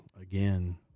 again